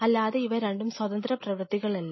അല്ലാതെ ഇവ രണ്ടും സ്വതന്ത്ര പ്രവർത്തികൾ അല്ല